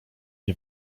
nie